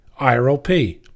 IRLP